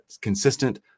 consistent